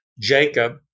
Jacob